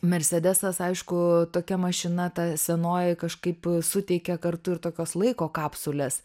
mersedesas aišku tokia mašina ta senoji kažkaip suteikia kartu ir tokios laiko kapsulės